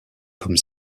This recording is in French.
comme